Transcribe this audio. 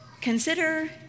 Consider